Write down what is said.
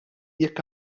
jekk